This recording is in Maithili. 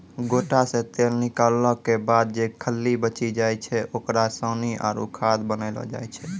गोटा से तेल निकालो के बाद जे खल्ली बची जाय छै ओकरा सानी आरु खाद बनैलो जाय छै